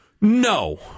No